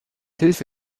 hilfe